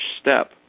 step